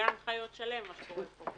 זה גן חיות שלם מה שקורה פה.